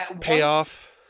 payoff